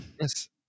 Yes